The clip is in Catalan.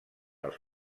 els